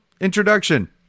introduction